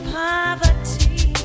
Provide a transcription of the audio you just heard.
poverty